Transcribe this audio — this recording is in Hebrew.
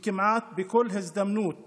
כמעט בכל הזדמנות